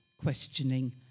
questioning